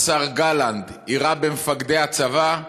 השר גלנט, יירה במפקדי הצבא,